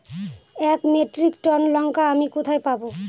এক metric ton লঙ্কা আমি কোথায় পাবো?